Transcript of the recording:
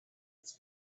its